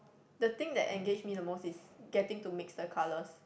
the thing that engage me the most is getting to mix the colours